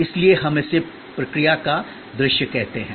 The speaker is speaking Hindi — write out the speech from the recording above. इसलिए हम इसे प्रक्रिया का दृश्य कहते हैं